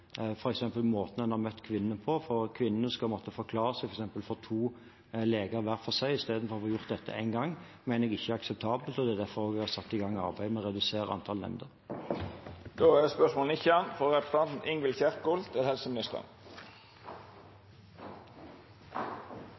måten en har møtt kvinnene på. At kvinnene skal måtte forklare seg for to leger hver for seg, istedenfor å gjøre det én gang, mener jeg ikke er akseptabelt, og det er derfor vi har satt i gang arbeid med å redusere antall nemnder. «Abortraten har gått ned siden 2008 og er